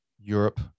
Europe